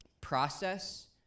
process